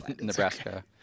Nebraska